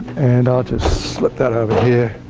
and i'll just slip that over here.